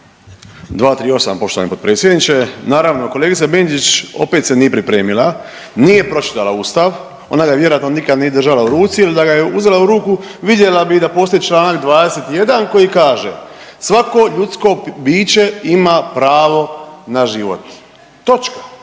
238. poštovani potpredsjedniče, naravno kolegica Benčić opet se nije pripremila, nije pročitala ustav, ona ga vjerojatno nikad nije držala u ruci ili da ga je uzela u ruku vidjela bi da postoji čl. 21. koji kaže, svako ljudsko biće ima pravo na život, točka,